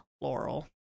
Laurel